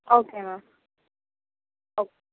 okay ma'am okay